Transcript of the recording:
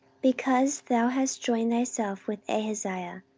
because thou hast joined thyself with ahaziah,